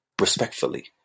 respectfully